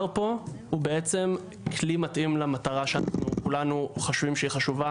פה הוא בעצם כלי מתאים למטרה שכולנו חושבים שהיא חשובה?